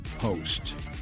host